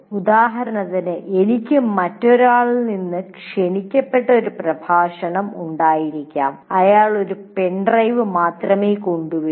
ഉദാഹരണത്തിന് എനിക്ക് മറ്റൊരാളിൽ നിന്ന് ക്ഷണിക്കപ്പെട്ട ഒരു പ്രഭാഷണം ഉണ്ടായിരിക്കാം അയാൾ ഒരു പെൻ ഡ്രൈവ് മാത്രമേ കൊണ്ടുവരൂ